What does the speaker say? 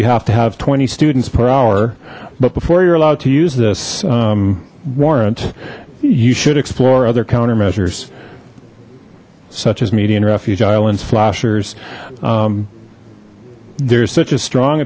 you have to have twenty students per hour but before you're allowed to use this warrant you should explore other counter measures such as median refuge islands flashers there's such a strong